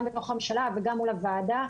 גם בתוך הממשלה וגם מול הוועדה,